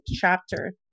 chapter